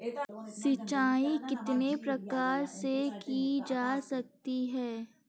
सिंचाई कितने प्रकार से की जा सकती है?